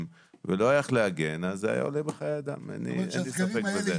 אני עומד מאחורי הדברים שלי.